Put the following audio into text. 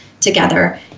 together